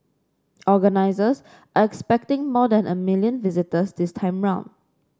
organisers are expecting more than a million visitors this time round